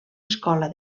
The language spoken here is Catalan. escola